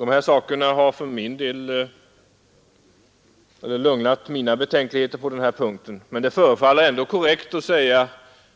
Dessa saker har dämpat mina betänkligheter på den här punkten. Men det förefaller ändå korrekt att säga